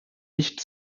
nicht